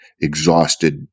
exhausted